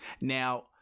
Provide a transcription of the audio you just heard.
Now